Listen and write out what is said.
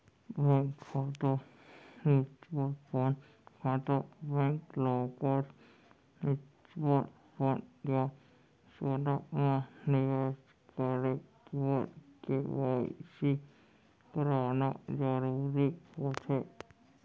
bank खाता, mutual fund खाता, bank lockers, mutual fund या सोना म निवेस करे बर के.वाई.सी कराना जरूरी होथे